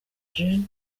gen